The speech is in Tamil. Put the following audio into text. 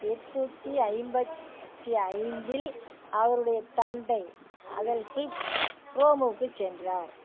எட்நூத்தி ஐம்பத்தி ஐந்தில் அவருடைய தந்தை அதெல்வ்ஃபி ரோமுக்குச் சென்றார்